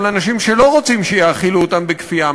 על אנשים שלא רוצים שיאכילו אותם בכפייה,